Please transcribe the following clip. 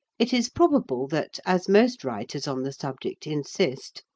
it is probable that, as most writers on the subject insist,